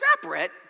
separate